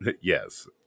yes